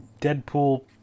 Deadpool